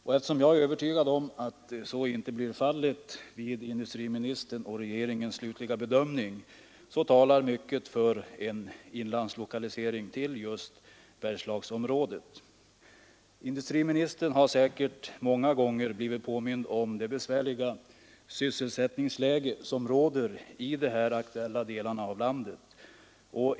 Och eftersom jag är övertygad om att så inte blir fallet vid industriministerns och regeringens slutliga bedömning, så talar mycket för en inlandslokalisering till just Bergslagsområdet. Industriministern har säkert många gånger blivit påmind om det besvärliga sysselsättningsläge som råder i de aktuella delarna av landet.